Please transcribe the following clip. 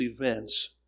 events